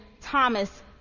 Thomas